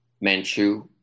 Manchu